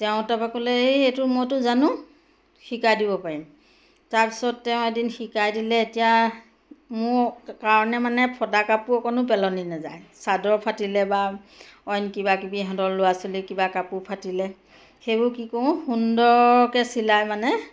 তেওঁ তাপেলে এই সেইটো মইতো জানো শিকাই দিব পাৰিম তাৰপিছত তেওঁ এদিন শিকাই দিলে এতিয়া মোৰ কাৰণে মানে ফটা কাপোৰ অকণো পেলনি নাযায় চাদৰ ফাটিলে বা অইন কিবা কিবি সিহঁতৰ ল'ৰা ছোৱালী কিবা কাপোৰ ফাটিলে সেইবোৰ কি কৰোঁ সুন্দৰকে চিলাই মানে